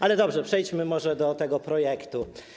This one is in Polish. Ale dobrze, przejdźmy może do tego projektu.